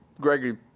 Gregory